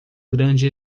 grande